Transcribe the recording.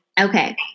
Okay